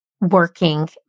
working